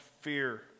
fear